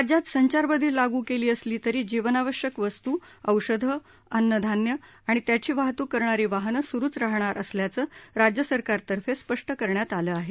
राज्यात संचारबंदी लागू केली असली तरी जीवनावश्यक वस्तू औषधं अन्न धान्य आणि त्यांची वाहतूक करणारी वाहनं स्रूच राहणार असल्याचं राज्य सरकारतर्फे स्पष्ट करण्यात आलं आहे